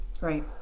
Right